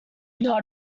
not